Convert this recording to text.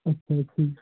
ਅੱਛਾ ਜੀ ਠੀਕ